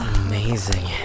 amazing